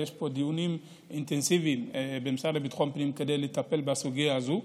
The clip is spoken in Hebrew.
ויש דיונים אינטנסיביים במשרד לביטחון פנים כדי לטפל בסוגיה הזאת.